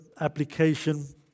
application